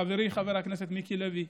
חברי חבר הכנסת מיקי לוי,